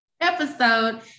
episode